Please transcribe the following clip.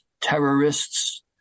terrorists